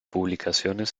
publicaciones